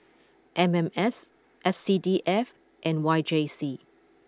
M M S S C D F and Y J C